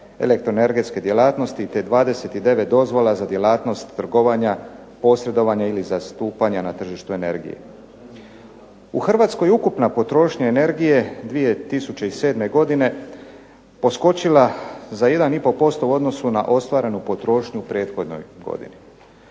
elektroenergetske djelatnosti te 29 dozvola za djelatnost trgovanja, posredovanja ili zastupanja na tržištu energije. U Hrvatskoj ukupna potrošnja energije 2007. godine poskočila za 1,5% u odnosu na ostvarenu potrošnju u prethodnoj godini.